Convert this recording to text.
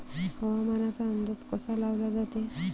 हवामानाचा अंदाज कसा लावला जाते?